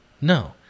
No